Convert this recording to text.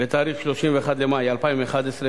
ב-31 במאי 2011,